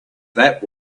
that